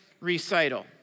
recital